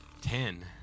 Ten